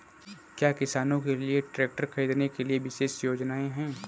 क्या किसानों के लिए ट्रैक्टर खरीदने के लिए विशेष योजनाएं हैं?